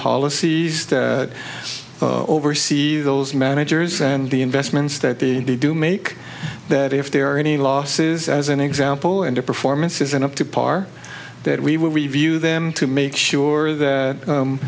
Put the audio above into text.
policies that oversee those managers and the investments that the they do make that if there are any losses as an example and the performance isn't up to par that we will review them to make sure that